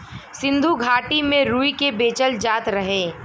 सिन्धु घाटी में रुई के बेचल जात रहे